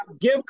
give